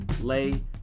lay